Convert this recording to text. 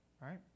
right